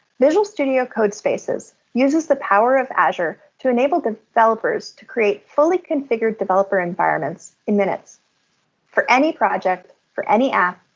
visual studio codespaces uses the power of azure to enable the developers to create fully configured developer environments in minutes for any project, for any app,